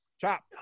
chop